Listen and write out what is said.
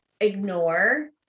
ignore